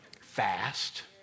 fast